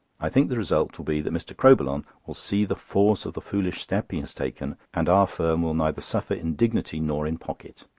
i think the result will be that mr. crowbillon will see the force of the foolish step he has taken, and our firm will neither suffer in dignity nor in pocket.